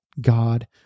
God